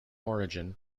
origin